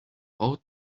all